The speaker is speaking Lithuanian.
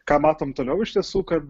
ką matom toliau iš tiesų kad